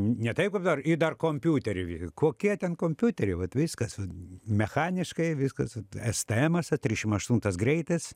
ne taip kaip dar dar kompiuterį kokie ten kompiuteriai vat viskas mechaniškai viskas vat es te emas trišim aštuntas greitis